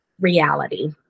reality